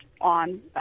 on